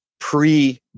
pre